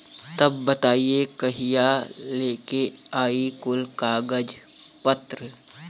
तब बताई कहिया लेके आई कुल कागज पतर?